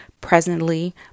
presently